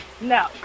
No